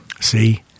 See